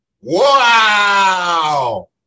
wow